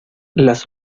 las